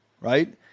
right